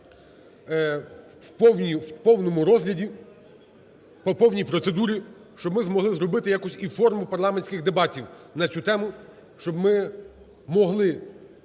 в повному розгляді, по повній процедурі щоб ми могли зробити якусь форму парламентських дебатів на цю тему. Щоб ми могли,